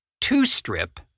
two-strip